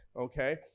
okay